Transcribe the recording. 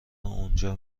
اونجا